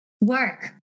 work